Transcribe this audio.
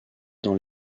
dans